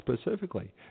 specifically